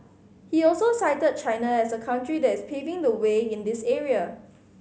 he also cited China as a country that is paving the way in this area